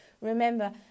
Remember